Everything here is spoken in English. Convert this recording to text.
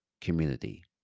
community